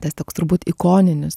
tas toks turbūt ikoninis